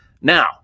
Now